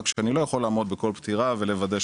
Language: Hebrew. אך איני יכול לפקח על כל הליך פטירה שהוא.